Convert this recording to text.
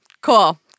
Cool